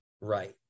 right